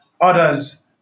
others